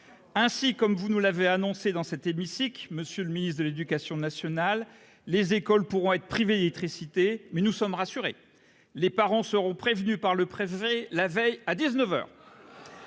ainsi comme vous nous l'avez annoncé dans cet hémicycle. Monsieur le Ministre de l'Éducation nationale Les écoles pourront être privés d'électricité mais nous sommes rassurés. Les parents seront prévenus par le préfet la veille à 19h.